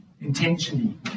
intentionally